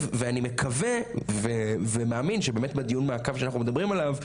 ואני מקווה ובאמת מאמין שבדיון המעכב שאנחנו מדברים עליו,